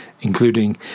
including